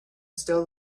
still